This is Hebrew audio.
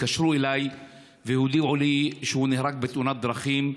התקשרו אליי והודיעו לי שהוא נהרג בתאונת דרכים,